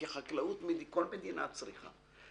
כי חקלאות כל מדינה צריכה.